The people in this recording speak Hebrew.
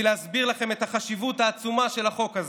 להסביר לכם את החשיבות העצומה של החוק הזה.